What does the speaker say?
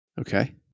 Okay